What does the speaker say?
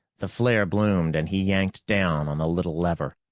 the flare bloomed, and he yanked down on the little lever.